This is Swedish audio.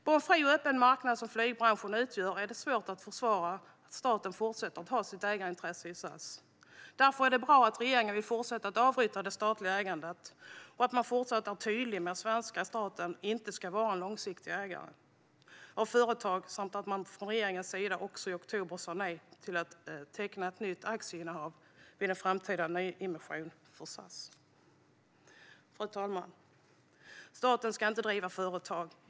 På en fri och öppen marknad, som flygbranschen utgör, är det svårt att försvara att staten fortsätter att ha ett ägarintresse i SAS. Därför är det bra att regeringen vill fortsätta att avbryta det statliga ägandet, att regeringen fortsätter att vara tydlig med att svenska staten inte ska vara en långsiktig ägare av företag samt att regeringen i oktober sa nej till att teckna ett nytt aktieinnehav vid en framtida nyemission för SAS. Fru talman! Staten ska inte driva företag.